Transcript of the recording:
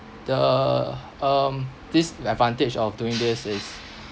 the um this the advantage of doing this is